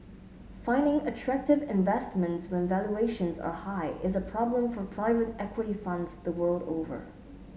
finding attractive investments when valuations are high is a problem for private equity funds the world over